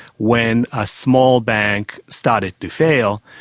when a small bank started to fail,